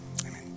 amen